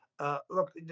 Look